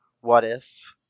what-if